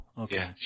okay